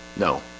no,